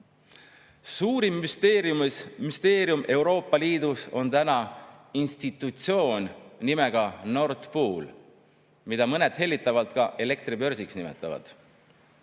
Suurim müsteerium Euroopa Liidus täna on institutsioon nimega Nord Pool, mida mõned hellitavalt ka elektribörsiks nimetavad.